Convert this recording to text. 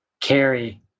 carry